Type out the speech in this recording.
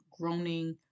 groaning